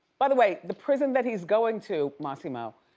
by the way, the prison that he's going to, mossimo,